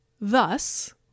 thus